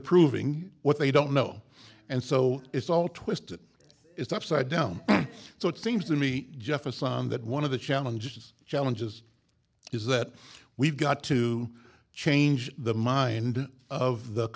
the proving what they don't know and so it's all twisted it's upside down so it seems to me jefferson that one of the challenges challenges is that we've got to change the mind of the